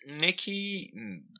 Nikki